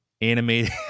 animated